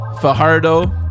fajardo